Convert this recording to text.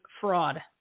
fraud